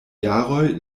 jaroj